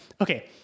Okay